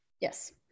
Yes